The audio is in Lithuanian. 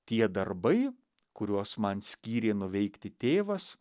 tie darbai kuriuos man skyrė nuveikti tėvas